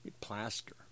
plaster